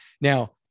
Now